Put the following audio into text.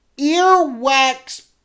earwax